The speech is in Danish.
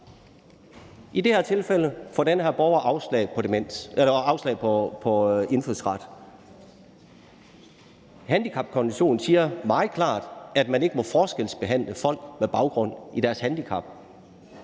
I det her tilfælde får den her borger afslag på indfødsret. Handicapkonventionen siger meget klart, at man ikke må forskelsbehandle folk med baggrund i deres handicap.